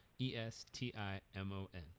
E-S-T-I-M-O-N